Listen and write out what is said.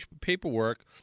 paperwork